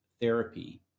therapy